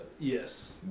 Yes